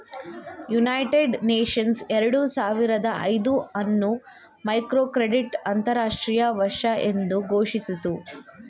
United Nations ಎರಡು ಸಾವಿರದ ಐದು ಅನ್ನು ಮೈಕ್ರೋಕ್ರೆಡಿಟ್ ಅಂತರಾಷ್ಟ್ರೀಯ ವರ್ಷ ಎಂದು ಘೋಷಿಸಿತು